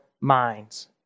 minds